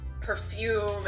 perfume